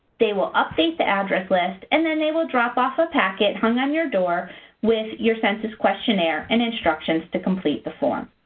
they will update the address list, and then they will drop off a packet hung on your door with your census questionnaire and instructions to complete the form.